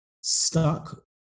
stuck